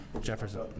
Jefferson